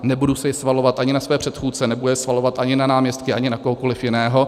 Nebudu je svalovat ani na své předchůdce, nebudu je svalovat ani na náměstky, ani na kohokoli jiného.